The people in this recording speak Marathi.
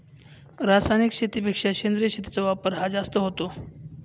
रासायनिक शेतीपेक्षा सेंद्रिय शेतीचा वापर हा जास्त होतो